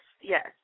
yes